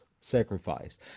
sacrifice